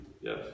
Yes